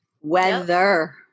weather